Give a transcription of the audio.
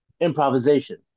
improvisation